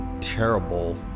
terrible